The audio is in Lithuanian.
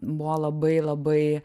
buvo labai labai